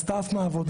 אז אתה עף מהעבודה,